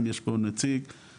אם יש פה נציג --- נמצאת.